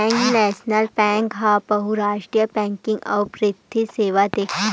Punjab national bank ह बहुरास्टीय banking अउ बित्तीय सेवा देथे